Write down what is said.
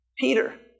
Peter